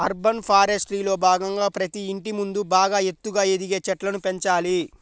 urban ఫారెస్ట్రీలో భాగంగా ప్రతి ఇంటి ముందు బాగా ఎత్తుగా ఎదిగే చెట్లను పెంచాలి